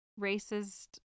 racist